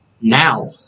now